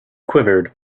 quivered